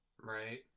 Right